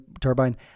turbine